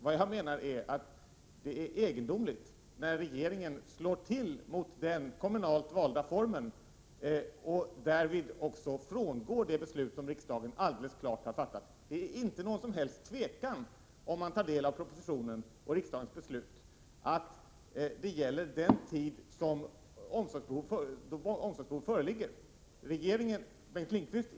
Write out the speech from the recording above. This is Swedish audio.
Vad jag menar är att det är egendomligt när regeringen slår till mot den kommunalt valda formen och därvid också frångår det beslut som riksdagen alldeles klart har fattat. Om man tar del av propositionen och av riksdagens beslut finner man att det inte råder någon tvekan om att den tillerkända rätten gäller den tid då omsorgsbehov föreligger.